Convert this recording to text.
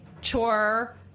chore